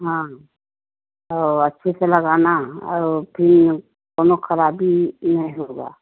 हाँ और अच्छे से लगाना और फिर कोनो खराबी नहीं होगा